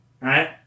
right